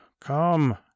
come